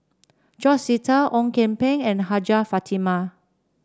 George Sita Ong Kian Peng and Hajjah Fatimah